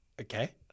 Okay